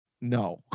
no